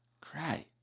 cry